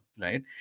right